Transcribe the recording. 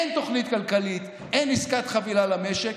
אין תוכנית כלכלית, אין עסקת חבילה למשק.